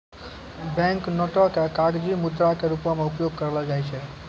bank नोटो के कागजी मुद्रा के रूपो मे उपयोग करलो जाय छै